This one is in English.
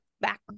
back